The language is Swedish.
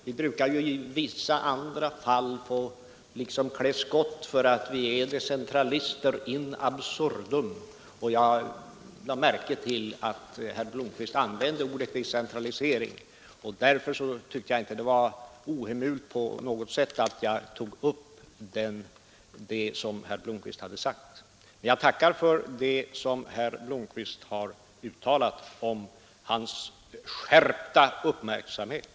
Vi brukar som parti i vissa andra fall få klä skott för att vi skulle vara decentralister in absurdum. Jag lade märke till att herr Blomkvist använde ordet decentralisering. Därför tyckte jag inte det var fel på något sätt att jag tog upp det som herr Blomkvist sagt. Jag tackar dock för det herr Blomkvist har uttalat om den skärpta uppmärksamheten.